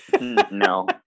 No